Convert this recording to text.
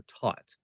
taught